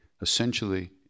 essentially